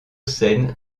scène